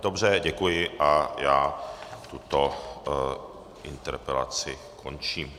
Dobře, děkuji a já tuto interpelaci končím.